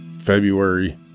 February